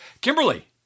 Kimberly